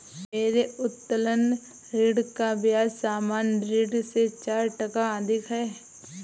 मेरे उत्तोलन ऋण का ब्याज सामान्य ऋण से चार टका अधिक है